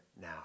now